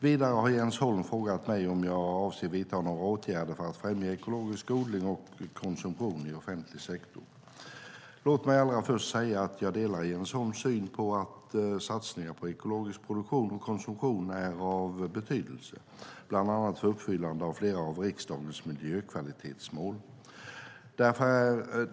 Vidare har Jens Holm frågat mig om jag avser att vidta några åtgärder för att främja ekologisk odling och konsumtion i offentlig sektor. Låt mig allra först säga att jag delar Jens Holms syn på att satsningar på ekologisk produktion och konsumtion är av betydelse, bland annat för uppfyllandet av flera av riksdagens miljökvalitetsmål.